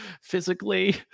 physically